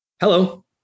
Hello